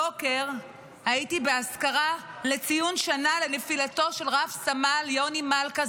הבוקר הייתי באזכרה לציון שנה לנפילתו של רב סמל יוני מלכה,